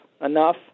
enough